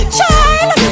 Child